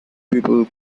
people